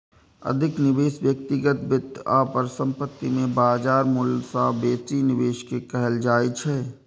अधिक निवेश व्यक्तिगत वित्त आ परिसंपत्ति मे बाजार मूल्य सं बेसी निवेश कें कहल जाइ छै